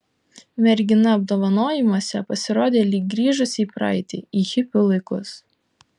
mergina apdovanojimuose pasirodė lyg grįžusi į praeitį į hipių laikus